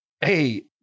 hey